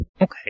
Okay